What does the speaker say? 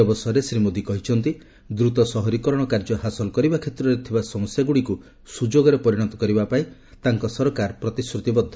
ଏହି ଅବସରରେ ଶ୍ରୀ ମୋଦି କହିଛନ୍ତି ଦ୍ରତ ସହରୀକରଣ କାର୍ଯ୍ୟ ହାସଲ କରିବା କ୍ଷେତ୍ରରେ ଥିବା ସମସ୍ୟାଗୁଡ଼ିକୁ ସୁଯୋଗରେ ପରିଣତ କରିବା ପାଇଁ ତାଙ୍କ ସରକାର ପ୍ରତିଶ୍ରତିବଦ୍ଧ